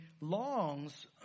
longs